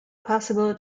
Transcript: possible